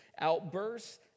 outbursts